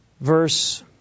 Verse